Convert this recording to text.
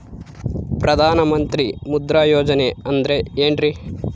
ಪ್ರಧಾನ ಮಂತ್ರಿ ಮುದ್ರಾ ಯೋಜನೆ ಅಂದ್ರೆ ಏನ್ರಿ?